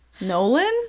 Nolan